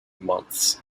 months